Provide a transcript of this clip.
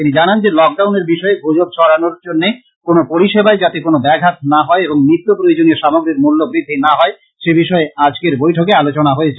তিনি জানান যে লক ডাউনের বিষয়ে গুজব ছড়ানোর জন্য কোন পরিষেবায় যাতে কোন ব্যাঘাত না হয় এবং নিত্য প্রয়োজনীয় সামগ্রী মূল্য বৃদ্ধি না হয় সে বিষয়ে আজকের বৈঠকে আলোচনা হয়েছে